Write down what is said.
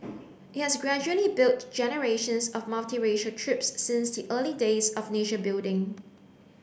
it has gradually built generations of multiracial troops since the early days of nation building